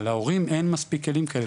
על ההורים אין מספיק כלים כאלו,